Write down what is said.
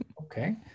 Okay